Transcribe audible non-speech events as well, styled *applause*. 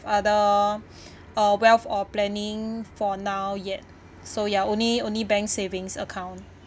other *breath* uh wealth or planning for now yet so ya only only bank savings account